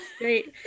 Great